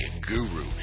guru